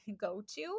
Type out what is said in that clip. go-to